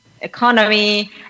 economy